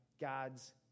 God's